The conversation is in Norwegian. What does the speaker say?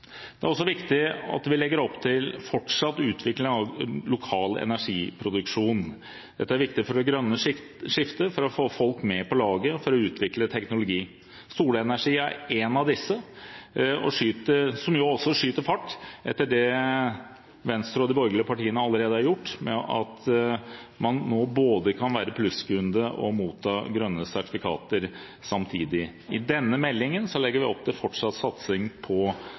Det er også viktig at vi legger opp til fortsatt utvikling av lokal energiproduksjon. Dette er viktig for det grønne skiftet, for å få folk med på laget for å utvikle teknologi. Solenergi er ett av alternativene, som jo også skyter fart etter det Venstre og de borgerlige partiene allerede har gjort, ved at man nå kan være plusskunde og motta grønne sertifikater samtidig. I denne meldingen legger vi opp til fortsatt satsing på